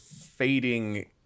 fading